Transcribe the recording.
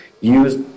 use